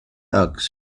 asked